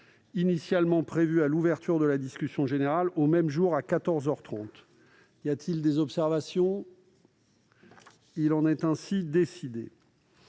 initialement prévu à l'ouverture de la discussion générale, au même jour à quatorze heures trente. Y a-t-il des observations ?... Il en est ainsi décidé.